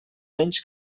menys